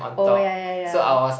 oh ya ya ya